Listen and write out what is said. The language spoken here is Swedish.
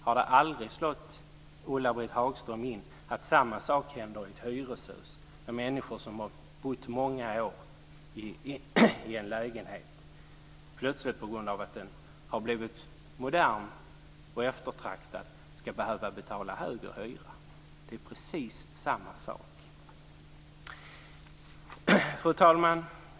Har det aldrig slagit Ulla-Britt Hagström att samma sak händer i hyreshus - att människor som bott många år i en lägenhet plötsligt, på grund av att det blivit modernt och eftertraktat att bo där, ska behöva betala högre hyra? Det är precis samma sak. Fru talman!